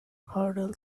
hurdle